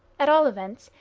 at all events,